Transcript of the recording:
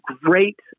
great